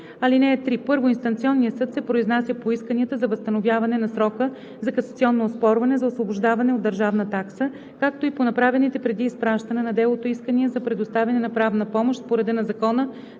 215. (3) Първоинстанционният съд се произнася по исканията за възстановяване на срока за касационно оспорване, за освобождаване от държавна такса, както и по направените преди изпращане на делото искания за предоставяне на правна помощ по реда на Закона